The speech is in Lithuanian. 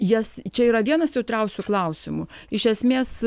jas čia yra vienas jautriausių klausimų iš esmės